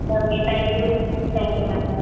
okay thank you thank you ma'am